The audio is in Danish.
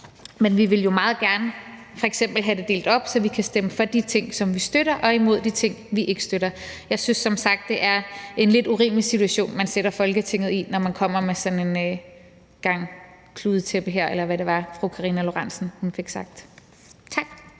men vi vil jo meget gerne f.eks. at have det delt op, så vi kan stemme for de ting, som vi støtter, og imod de ting, vi ikke støtter. Jeg synes som sagt, at det er en lidt urimelig situation, man sætter Folketinget i, når man kommer med sådan en gang kludetæppe her – eller hvad det var, fru Karina Lorentzen Dehnhardt fik sagt. Tak.